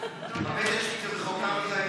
כי הבטן שלי רחוקה מדי,